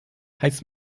heizt